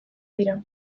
dira